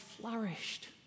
flourished